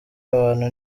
abantu